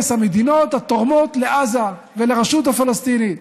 המדינות התורמות לעזה ולרשות הפלסטינית.